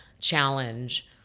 challenge